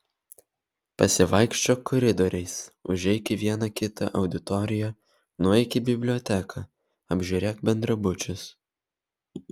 pasivaikščiok koridoriais užeik į vieną kitą auditoriją nueik į biblioteką apžiūrėk bendrabučius